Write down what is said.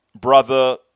brother